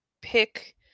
pick